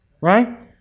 right